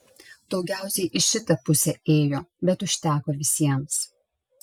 daugiausiai į šitą pusę ėjo bet užteko visiems